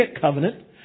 Covenant